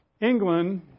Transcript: England